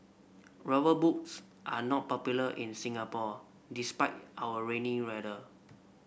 rubber boots are not popular in Singapore despite our rainy weather